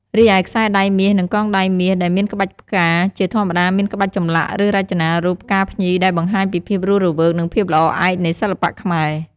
រីឯខ្សែដៃមាស និងកងដៃមាស ដែលមានក្បាច់ផ្កា ជាធម្មតាមានក្បាច់ចម្លាក់ ឬរចនារូប ផ្កាភ្ញី ដែលបង្ហាញពីភាពរស់រវើក និងភាពល្អឯកនៃសិល្បៈខ្មែរ។